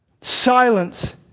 silence